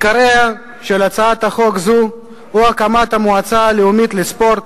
עיקרה של הצעת חוק זו הוא הקמת המועצה הלאומית לספורט,